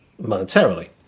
monetarily